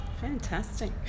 Fantastic